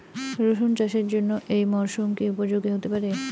রসুন চাষের জন্য এই মরসুম কি উপযোগী হতে পারে?